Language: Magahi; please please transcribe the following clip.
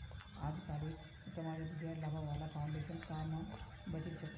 अजकालित समाजत गैर लाभा वाला फाउन्डेशन क म बचिल छोक